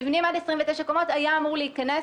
מבנים עד 29 קומות היה אמור להיכנס